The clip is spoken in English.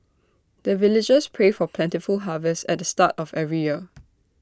the villagers pray for plentiful harvest at the start of every year